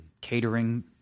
catering